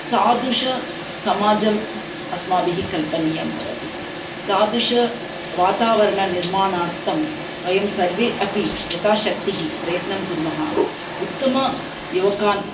सादृशं समाजम् अस्माभिः कल्पनीयं भवति तादृशं वातावरणं निर्माणार्थं वयं सर्वे अपि यथाशक्तिः प्रयत्नं कुर्मः उत्तम युवकान्